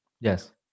Yes